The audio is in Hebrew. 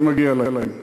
זה מגיע להם.